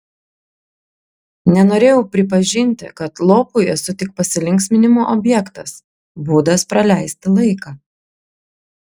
nenorėjau pripažinti kad lopui esu tik pasilinksminimo objektas būdas praleisti laiką